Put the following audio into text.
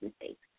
mistakes